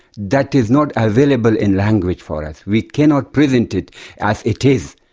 that is not available in language for us. we cannot present it as it is,